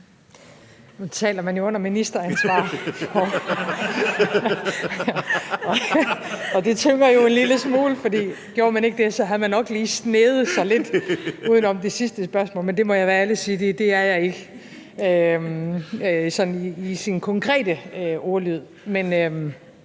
Nu taler man under ministeransvar, og det tynger jo en lille smule, for gjorde man ikke det, havde man nok lige sneget sig lidt uden om det sidste spørgsmål, men der må jeg være ærlig at sige, at det er jeg ikke sådan i sin konkrete ordlyd. Men